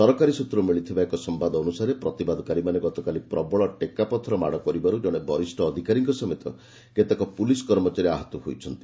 ସରକାରୀ ସୂତ୍ରରୁ ମିଳିଥିବା ଏକ ସମ୍ଘାଦ ଅନୁସାରେ ପ୍ରତିବାଦକାରୀମାନେ ଗତକାଲି ପ୍ରବଳ ଟେକାପଥର ମାଡ଼ କରିବାରୁ ଜଣେ ବରିଷ୍ଣ ଅଧିକାରୀଙ୍କ ସମେତ କେତେକ ପୁଲିସ୍ କର୍ମଚାରୀ ଆହଚ ହୋଇଛନ୍ତି